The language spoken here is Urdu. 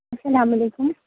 السّلام علیکم